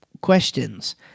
questions